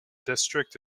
district